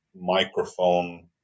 microphone